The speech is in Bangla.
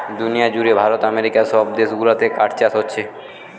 দুনিয়া জুড়ে ভারত আমেরিকা সব দেশ গুলাতে কাঠ চাষ হোচ্ছে